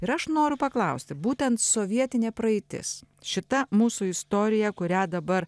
ir aš noriu paklausti būtent sovietinė praeitis šita mūsų istorija kurią dabar